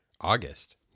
August